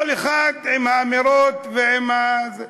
כל אחד עם האמירות ועם הזה.